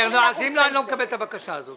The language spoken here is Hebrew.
אז אם לא, אני לא מקבל את הבקשה הזאת.